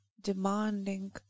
demanding